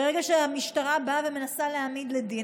ברגע שהמשטרה באה ומנסה להעמיד לדין,